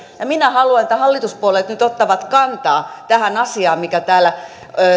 minä haluan että hallituspuolueet nyt ottavat kantaa tähän asiaan mikä täällä